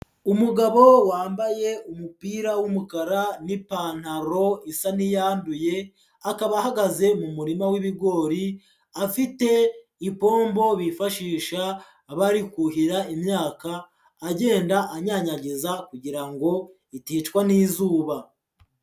Umugabo wambaye umupira w'umukara n'ipantaro isa n'iyanduye, akaba ahagaze mu murima w'ibigori afite ipombo bifashisha bari kuhira imyaka, agenda anyanyagiza kugira ngo iticwa n'izuba.